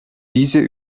diese